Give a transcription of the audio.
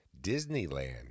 Disneyland